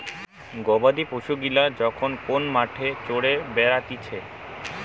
গবাদি পশু গিলা যখন কোন মাঠে চরে বেড়াতিছে